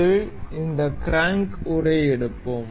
முதலில் இந்த க்ராங்க் உறை எடுப்போம்